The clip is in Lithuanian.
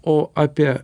o apie